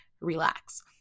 relax